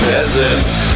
Peasants